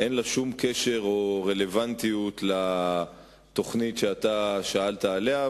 אין לה שום קשר או רלוונטיות לתוכנית שאתה שאלת עליה,